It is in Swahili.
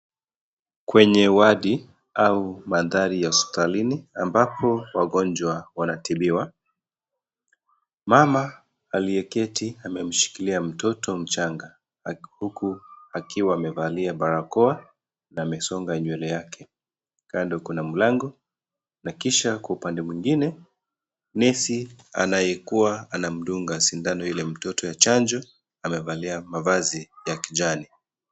Kwenye wadi au mandhari ya hospitalini ambapo wagonjwa wanatibiwa, mama aliye keti amemshilkiia mtoto mchanga huku akiwa amevalia barakoa na amesonga nywele yake. Kando Kuna mlango na Kisha kwa Upande mwingine nesi anayekuwa anamdunga sindano Ili ya chanjo amevalia mavazi ya kijani.